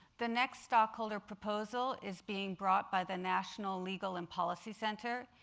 the next stockholder proposal is being brought by the national legal and policy center.